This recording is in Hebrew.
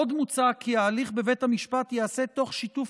עוד מוצע כי ההליך בבית המשפט ייעשה תוך שיתוף